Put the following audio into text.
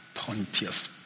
Pontius